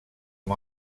amb